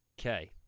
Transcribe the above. Okay